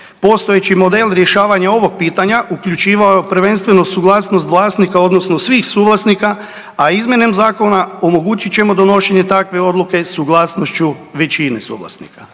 Postojeći model rješavanja ovog pitanja uključivao je prvenstveno suglasnost vlasnika odnosno svih suvlasnika, a izmjenom zakona omogućit ćemo donošenje takve odluke suglasnošću većine suvlasnika.